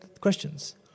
questions